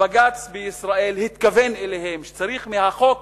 בג"ץ בישראל התכוון אליהם, שצריך מהחוק